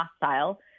hostile